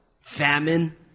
famine